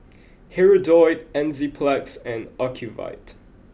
Hirudoid Enzyplex and Ocuvite